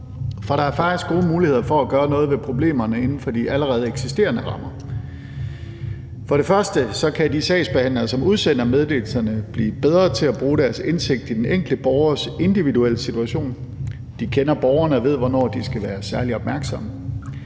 for der er faktisk gode muligheder for at gøre noget ved problemerne inden for de allerede eksisterende rammer. For det første kan de sagsbehandlere, som udsender meddelelserne, blive bedre til at bruge deres indsigt i den enkelte borgers individuelle situation. De kender borgerne og ved, hvornår de skal være særlig opmærksomme.